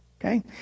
Okay